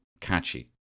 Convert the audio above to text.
catchy